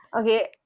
Okay